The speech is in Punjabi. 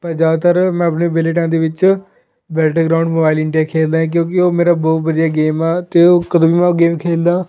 ਪਰ ਜ਼ਿਆਦਾਤਰ ਮੈਂ ਆਪਣੇ ਵਿਹਲੇ ਟਾਈਮ ਦੇ ਵਿੱਚ ਬੈਟਲ ਗਰਾਊਂਡ ਮੋਬਾਇਲ ਇੰਡੀਆ ਖੇਡਦਾ ਹੈ ਕਿਉਂਕਿ ਉਹ ਮੇਰਾ ਬਹੁਤ ਵਧੀਆ ਗੇਮ ਆ ਅਤੇ ਉਹ ਕਦੋਂ ਵੀ ਮੈਂ ਗੇਮ ਖੇਡਦਾ